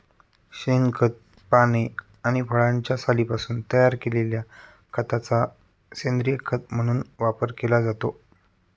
शेणखत, पाने आणि फळांच्या सालींपासून तयार केलेल्या खताचा सेंद्रीय खत म्हणून वापर केला जातो